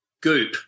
goop